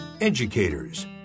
Educators